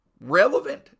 relevant